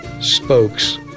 spokes